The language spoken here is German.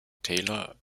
taylor